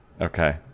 Okay